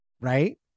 Right